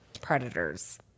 predators